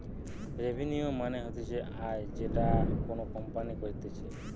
revenue মানে হতিছে আয় যেটা কোনো কোম্পানি করতিছে